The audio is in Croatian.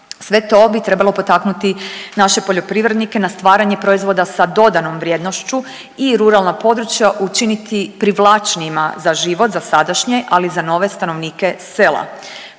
Sve to bi trebalo potaknuti naše poljoprivrednike na stvaranje proizvoda sa dodanom vrijednošću i ruralna područja učiniti privlačnijima za život za sadašnje, ali i za nove stanovnike sela.